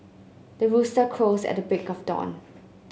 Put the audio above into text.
the rooster crows at the break of dawn